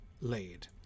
laid